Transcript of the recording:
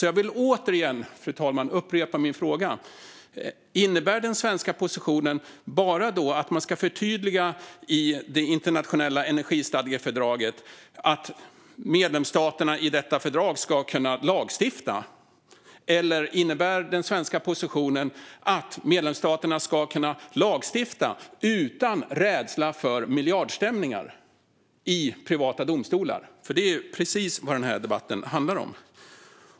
Jag vill därför, fru talman, upprepa min fråga: Innebär den svenska positionen bara att man ska förtydliga i det internationella energistadgefördraget att medlemsstaterna i detta fördrag ska kunna lagstifta? Eller innebär den svenska positionen att medlemsstaterna ska kunna lagstifta utan rädsla för miljardstämningar i privata domstolar? Det är precis det som den här debatten handlar om.